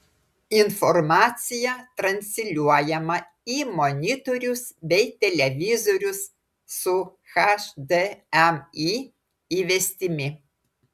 informacija transliuojama į monitorius bei televizorius su hdmi įvestimi